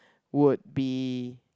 would be